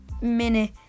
minute